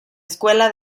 escuela